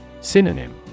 Synonym